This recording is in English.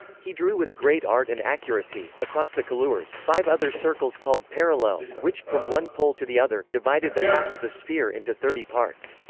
he drew with great art and accuracy, across the colures, five other circles called parallels, which, from one pole to the other, divided the half of the sphere into thirty parts.